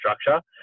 structure